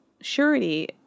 surety